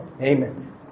Amen